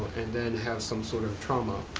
then have some sort of trauma.